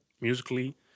musically